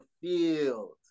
field